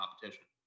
competition